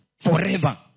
forever